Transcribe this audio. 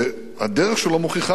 והדרך שלו מוכיחה את זה,